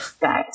guys